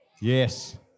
Yes